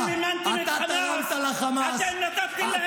והינה, הגיע מנסור עבאס לבוא ולתת לכם חיזוק.